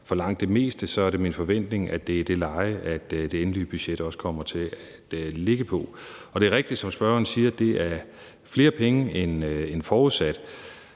om langt det meste, er det min forventning, at det er i det leje, det endelige budget kommer til at ligge. Og det er rigtigt, som spørgeren siger, at det er flere penge end forudsat.